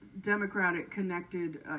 Democratic-connected